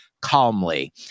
calmly